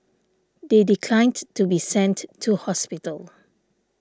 they declined to be sent to hospital